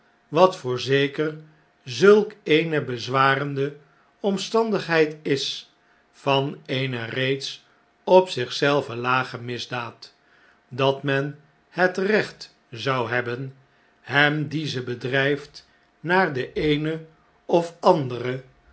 wat voorzeker zulk eene bezwarende omstandigheid is van eene reeds op zich zelve lage misdaad dat men het recht zou hebben hem die ze bedrijft naar de eene of andere